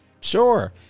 Sure